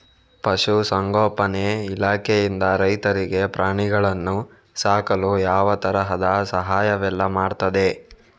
ಪಶುಸಂಗೋಪನೆ ಇಲಾಖೆಯಿಂದ ರೈತರಿಗೆ ಪ್ರಾಣಿಗಳನ್ನು ಸಾಕಲು ಯಾವ ತರದ ಸಹಾಯವೆಲ್ಲ ಮಾಡ್ತದೆ?